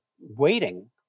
waiting